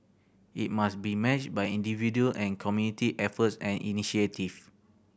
it must be matched by individual and community efforts and initiative